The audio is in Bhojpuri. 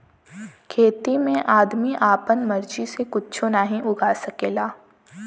खेती में आदमी आपन मर्जी से कुच्छो नाहीं उगा सकला